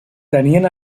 tenien